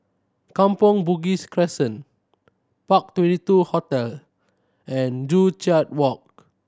Kampong Bugis Crescent Park Twenty two Hotel and Joo Chiat Walk